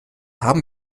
haben